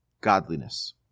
godliness